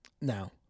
Now